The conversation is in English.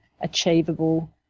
achievable